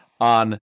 on